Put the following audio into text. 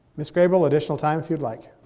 miss grey bull, additional time if you'd like.